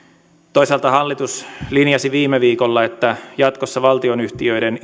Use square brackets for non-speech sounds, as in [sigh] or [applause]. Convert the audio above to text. toisaalta hallitus linjasi viime viikolla että jatkossa valtionyhtiöiden [unintelligible]